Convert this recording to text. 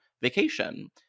vacation